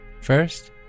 First